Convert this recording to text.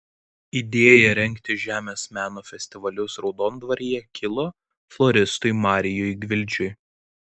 idėja rengti žemės meno festivalius raudondvaryje kilo floristui marijui gvildžiui